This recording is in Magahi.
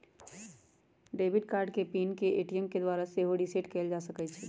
डेबिट कार्ड के पिन के ए.टी.एम द्वारा सेहो रीसेट कएल जा सकै छइ